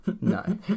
No